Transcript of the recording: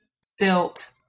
silt